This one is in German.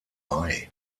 bei